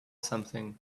something